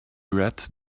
read